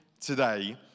today